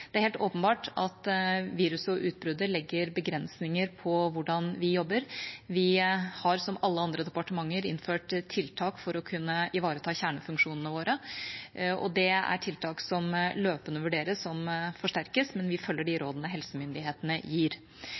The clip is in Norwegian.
Det er helt åpenbart at viruset og utbruddet legger begrensninger på hvordan vi jobber. Vi har, som alle andre departementer, innført tiltak for å kunne ivareta kjernefunksjonene våre. Det er tiltak som løpende vurderes om skal forsterkes, men vi følger de rådene helsemyndighetene gir.